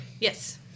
yes